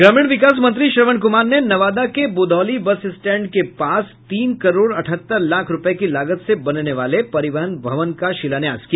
ग्रामीण विकास मंत्री श्रवण कुमार ने नवादा के ब्रधौली बस स्टैंड के पास तीन करोड़ अठहत्तर लाख रूपये की लागत से बनने वाले परिवहन भवन का शिलान्यास किया